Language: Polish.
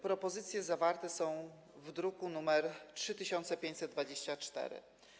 Propozycje zawarte są w druku nr 3524.